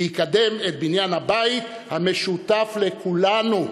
ויקדם את בניין הבית המשותף לכולנו.